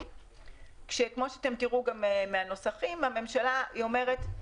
כשכמו שתראו מהנוסחים הממשלה אומרת,